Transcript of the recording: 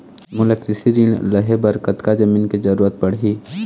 मोला कृषि ऋण लहे बर कतका जमीन के जरूरत पड़ही?